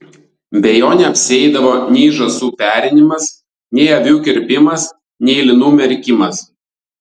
be jo neapsieidavo nei žąsų perinimas nei avių kirpimas nei linų merkimas